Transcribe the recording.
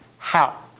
how?